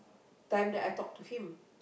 time that I talk to him